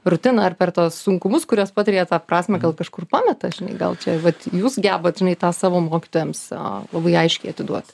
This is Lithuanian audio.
rutiną ar per tuos sunkumus kuriuos patiria tą prasmę gal kažkur pameta žinai gal čia vat jūs gebat žinai tą savo mokytojams a labai aiškiai atiduot